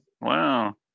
Wow